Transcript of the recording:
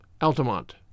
Altamont